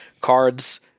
cards